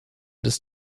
des